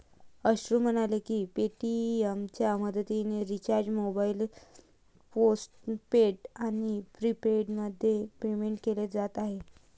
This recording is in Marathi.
अश्रू म्हणाले की पेटीएमच्या मदतीने रिचार्ज मोबाईल पोस्टपेड आणि प्रीपेडमध्ये पेमेंट केले जात आहे